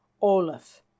Olaf